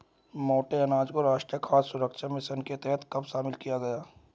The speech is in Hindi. मोटे अनाज को राष्ट्रीय खाद्य सुरक्षा मिशन के तहत कब शामिल किया गया?